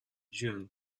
june